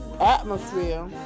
atmosphere